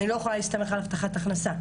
אני לא יכולה להסתמך על הבטחת הכנסה.